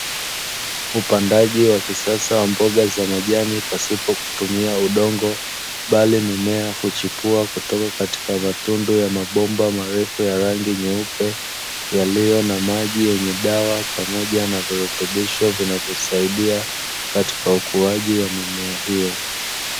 Upandaji wa kisasa wa mboga za majani pasipo kutumia udongo, bali mimea hushipua kutoka katika matundu ya mabomba marefu ya rangi nyeupe, yaliyo na maji yenye dawa pamoja na virutubisho vinavyosaidi katika ukuaji wa mimea hiyo.